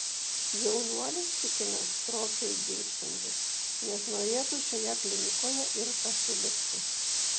jaunuolis tikina stropiai dirbsiantis nes norėtų šioje klinikoje ir pasilikti